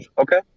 Okay